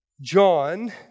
John